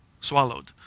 swallowed